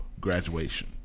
graduation